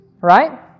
Right